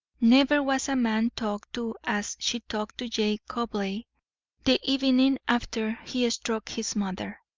never was a man talked to as she talked to jake cobleigh the evening after he struck his mother,